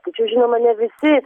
tačiau žinoma ne visi